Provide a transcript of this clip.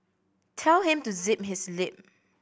tell him to zip his lip